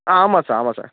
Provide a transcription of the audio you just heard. ஆ ஆமாம் சார் ஆமாம் சார்